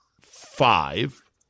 five